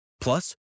Plus